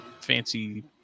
Fancy